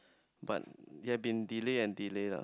but they had been delay and delay lah